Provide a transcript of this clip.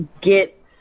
get